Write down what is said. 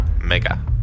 mega